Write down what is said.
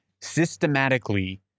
systematically